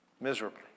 miserably